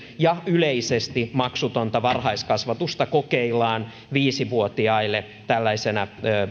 ja yleisesti maksutonta varhaiskasvatusta kokeillaan viisivuotiaille tällaisena